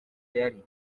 yari